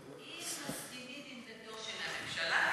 אם מסכימים עם עמדתה של הממשלה,